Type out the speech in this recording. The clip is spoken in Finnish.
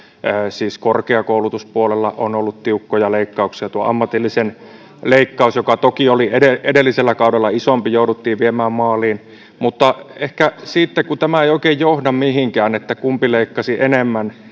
siis korkeakoulutuspuolella on ollut tiukkoja leikkauksia tuo ammatillisen leikkaus joka toki oli edellisellä kaudella isompi jouduttiin viemään maaliin mutta kun tämä ei oikein johda mihinkään vertailla kumpi leikkasi enemmän